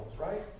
right